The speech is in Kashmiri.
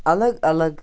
الگ الگ